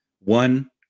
One